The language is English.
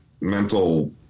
mental